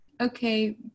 okay